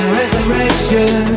resurrection